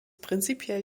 prinzipiell